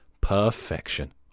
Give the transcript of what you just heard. Perfection